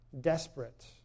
Desperate